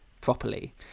properly